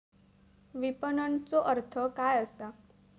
विपणनचो अर्थ काय असा?